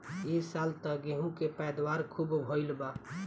ए साल त गेंहू के पैदावार खूब भइल बा